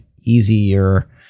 easier